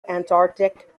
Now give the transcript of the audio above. antarctic